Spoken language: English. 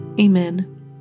Amen